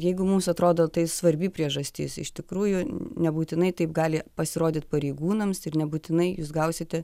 jeigu mums atrodo tai svarbi priežastis iš tikrųjų nebūtinai taip gali pasirodyt pareigūnams ir nebūtinai jūs gausite